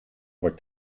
wordt